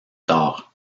tard